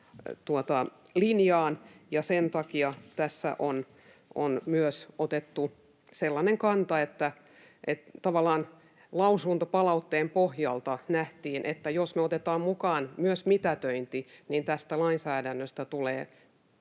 takia tässä on päädytty tähän kumoamislinjaan. Tavallaan lausuntopalautteen pohjalta myös nähtiin, että jos me otetaan mukaan myös mitätöinti, niin tästä lainsäädännöstä tulee hirveän